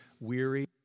weary